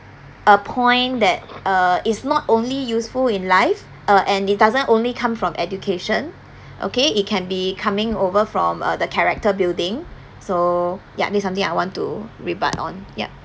a point that uh is not only useful in life uh and it doesn't only come from education okay it can be coming over from uh the character building so ya this something I want to rebut on ya